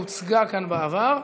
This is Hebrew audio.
היא הוצגה כאן בעבר,